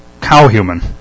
cow-human